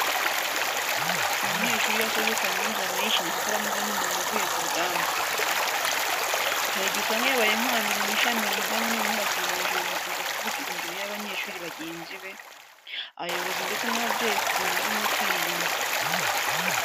Umunyeshuri iyo asoje kaminuza aba yishimye kuko aba ameze nk'umuntu uvuye ku rugamba. Hari igihe usanga yabaye nk'uwambere mu ishami yigamo noneho bakamuha ijambo akaza kuvugira imbere y'abanyeshuri bagenzi be, abayobozi ndetse n'ababyeyi ukuntu arimo kwiyumva.